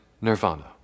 Nirvana